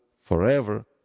forever